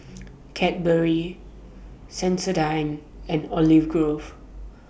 Cadbury Sensodyne and Olive Grove